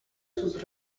sus